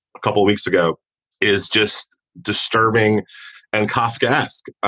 a couple of weeks ago is just disturbing and kafkaesque.